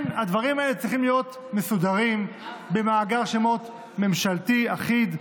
הדברים האלה צריכים להיות מסודרים במאגר שמות ממשלתי אחיד.